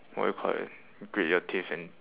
what do you call that grit your teeth and